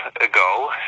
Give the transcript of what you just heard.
ago